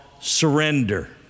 surrender